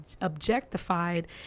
objectified